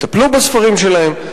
יטפלו בספרים שלהם.